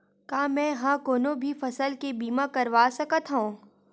का मै ह कोनो भी फसल के बीमा करवा सकत हव?